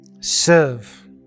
serve